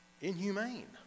inhumane